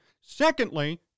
Secondly